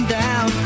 down